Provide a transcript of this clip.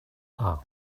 are